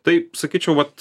taip sakyčiau vat